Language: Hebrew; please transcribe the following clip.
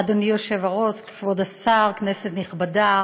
אדוני היושב-ראש, כבוד השר, כנסת נכבדה,